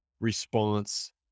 response